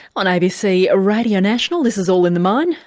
on abc radio national, this is all in the mind,